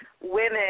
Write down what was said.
women